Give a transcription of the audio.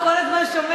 אותך הוא כל הזמן שומע.